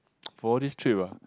for all this trip ah